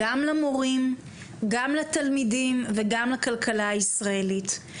למורים, לתלמידים ולכלכלה הישראלית.